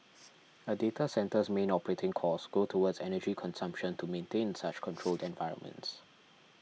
a data centre's main operating costs go towards energy consumption to maintain such controlled environments